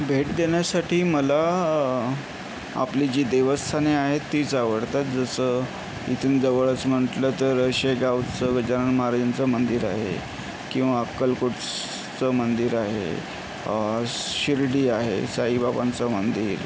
भेट देण्यासाठी मला आपली जी देवस्थाने आहेत तीच आवडतात जसं इथून जवळच म्हटलं तर शेगावचं गजानन महाराजांचं मंदिर आहे किंवा अक्कलकोटचं मंदिर आहे शिर्डी आहे साईबाबांचं मंदिर